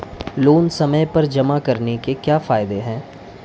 Loan समय पर जमा कराने के क्या फायदे हैं?